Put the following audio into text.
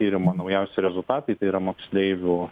tyrimo naujausi rezultatai tai yra moksleivių